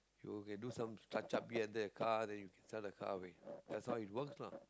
you can do some touch-up here and there the car then you can sell the car away that's how it works lah